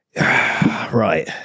Right